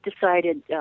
decided